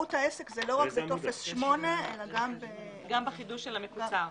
במהות העסק זה לא רק בטופס 8 אלא גם בחידוש של המקוצר.